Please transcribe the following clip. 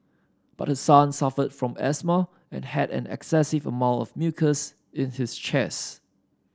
but her son suffered from asthma and had an excessive amount of mucus in his chest